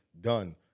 done